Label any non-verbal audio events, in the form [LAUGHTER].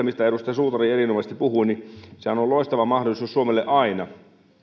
[UNINTELLIGIBLE] mistä edustaja suutari erinomaisesti puhui on loistava mahdollisuus suomelle aina